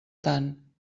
tant